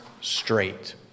straight